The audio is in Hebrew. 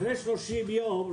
אחרי שלושים יום,